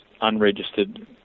unregistered